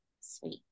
sweet